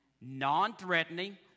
non-threatening